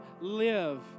live